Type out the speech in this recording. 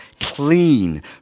clean